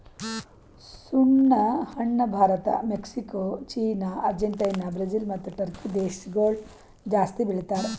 ಸುಣ್ಣ ಹಣ್ಣ Bharat, Mexico, China, Argentina, Brazil ಮತ್ತ ಟರ್ಕಿ ದೇಶಗೊಳ್ ಜಾಸ್ತಿ ಬೆಳಿತಾರ್